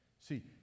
See